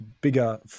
bigger